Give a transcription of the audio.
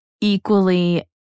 equally